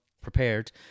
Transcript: prepared